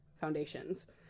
foundations